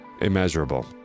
immeasurable